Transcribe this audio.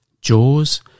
Jaws